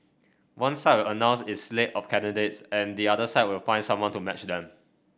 one side will announce its slate of candidates and the other side will find someone to match them